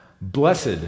Blessed